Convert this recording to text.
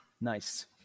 Nice